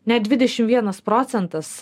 net dvidešimt vienas procentas